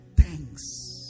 thanks